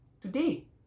Today